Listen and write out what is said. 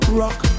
rock